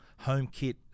HomeKit